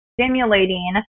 stimulating